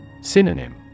Synonym